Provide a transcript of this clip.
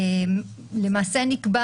המחוקק מצא